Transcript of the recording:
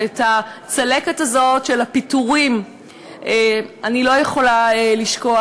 את הצלקת הזאת של הפיטורים אני לא יכולה לשכוח.